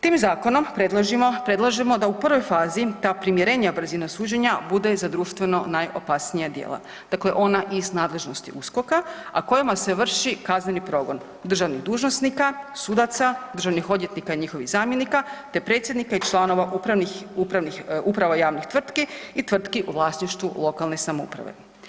Tim zakonom predlažemo da u prvoj fazi ta primjerenija brzina suđenja bude za društveno najopasnija djela, dakle ona iz nadležnosti USKOK-a, a kojima se vrši kazneni progon državnih dužnosnika, sudaca, državnih odvjetnika i njihovih zamjenika te predsjednika i članova uprava javnih tvrtki i tvrtki u vlasništvu lokalne samouprave.